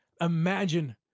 imagine